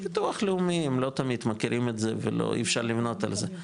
--- ביטוח לאומי הם לא תמיד מכירים את זה ולא אי אפשר לבנות על זה,